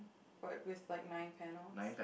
but with like nine panels